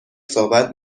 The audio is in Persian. صحبت